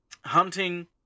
hunting